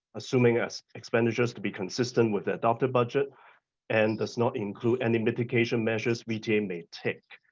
assuming as expenditures to be consistent with the adopted budget and does not include any mitigation measures vta may take.